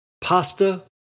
Pasta